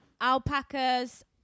Alpacas